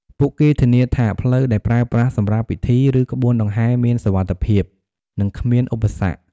ពួកគេធានាថាផ្លូវដែលប្រើប្រាស់សម្រាប់ពិធី ឬក្បួនដង្ហែមានសុវត្ថិភាព និងគ្មានឧបសគ្គ។